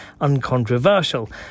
uncontroversial